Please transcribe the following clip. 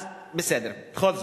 אז, בסדר, בכל זאת.